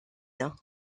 îles